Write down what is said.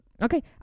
Okay